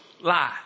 lie